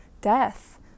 death